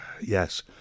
Yes